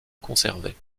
conservée